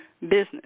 business